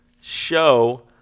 show